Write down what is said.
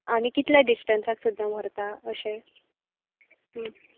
आनी कितल्या डिस्टन्साक सुद्दां व्हरता अशें हं